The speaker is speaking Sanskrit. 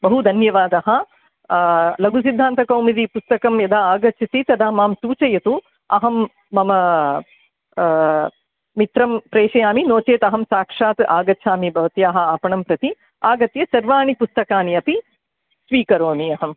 बहु धन्यवादः लघुसिद्धान्तकौमुदीपुस्तकं यदा आगच्छति तदा मां सूचयतु अहं मम मित्रं प्रेषयामि नो चेत् अहं साक्षात् आगच्छामि भवत्याः आपणं प्रति आगत्य सर्वाणि पुस्तकानि अपि स्वीकरोमि अहं